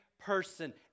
person